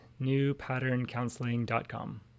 newpatterncounseling.com